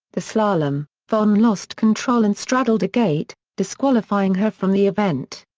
the slalom, vonn lost control and straddled a gate, disqualifying her from the event.